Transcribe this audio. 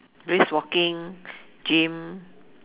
brisk walking gym